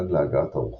עד להגעת הרוחות